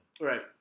Right